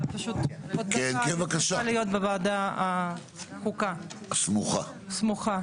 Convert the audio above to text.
אני פשוט צריכה להיות בוועדת החוקה הסמוכה.